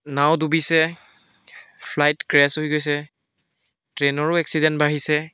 নাও ডুবিছে flight crash হৈ গৈছে ট্ৰেনৰো এক্সিডেন্ট বাঢ়িছে